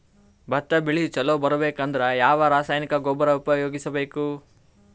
ಭತ್ತ ಬೆಳಿ ಚಲೋ ಬರಬೇಕು ಅಂದ್ರ ಯಾವ ರಾಸಾಯನಿಕ ಗೊಬ್ಬರ ಉಪಯೋಗಿಸ ಬೇಕು?